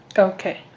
Okay